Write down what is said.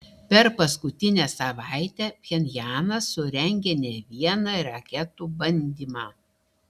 per paskutinę savaitę pchenjanas surengė ne vieną raketų bandymą